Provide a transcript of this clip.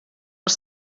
els